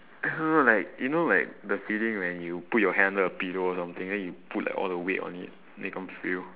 like you know like the feeling when you put your hand under a pillow or something then you put like all the weight on it then you can't feel